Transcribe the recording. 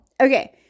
Okay